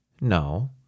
No